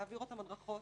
להעביר אותם הדרכות